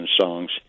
songs